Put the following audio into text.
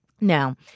Now